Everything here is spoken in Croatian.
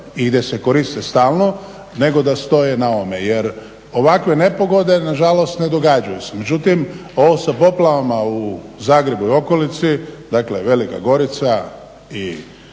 i gdje se koriste stalno nego da stoje na ovome jer ovakve nepogode nažalost ne događaju se. Međutim, ovo sa poplavama u Zagrebu i okolici dakle, Velika Gorica i